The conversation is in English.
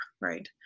right